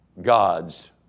God's